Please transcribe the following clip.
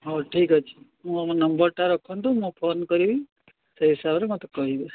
ହଉ ଠିକ୍ ଅଛି ମୁଁ ମୋ ନମ୍ବର୍ଟା ରଖନ୍ତୁ ମୁଁ ଫୋନ୍ କରିବି ସେଇ ହିସାବରେ ମୋତେ କହିବେ